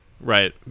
right